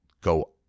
go